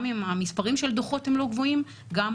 גם המספרים של הדוחות הם לא גבוהים וגם